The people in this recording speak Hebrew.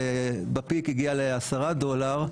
ובפיק הגיע לעשרה דולרים,